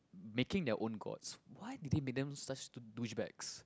making their own gods why they did they make them such douch~ douchebags